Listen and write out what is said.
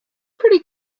pretty